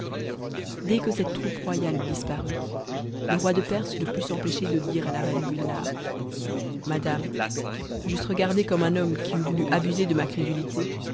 dès que cette troupe royale eut disparu le roi de perse ne put s'empêcher de dire à la reine gulnare madame j'eusse regardé comme un homme qui eût voulu abuser de ma crédulité